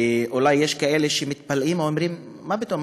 ואולי יש כאלה שמתפלאים ואומרים: מה פתאום?